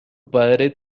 padre